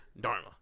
Dharma